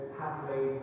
happily